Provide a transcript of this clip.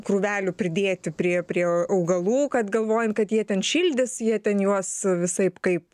krūvelių pridėti priėjo prie augalų kad galvojant kad jie ten šildys jie ten juos visaip kaip